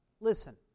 listen